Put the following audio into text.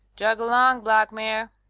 jog along, black mare.